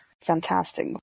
Fantastic